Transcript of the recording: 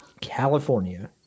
California